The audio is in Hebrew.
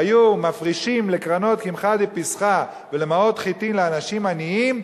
לקרנות קמחא דפסחא ולמעות חיטים לאנשים עניים,